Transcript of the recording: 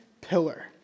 pillar